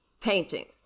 painting